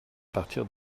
partir